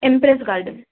empress garden